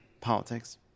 politics